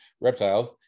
reptiles